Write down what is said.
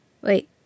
Wait